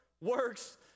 works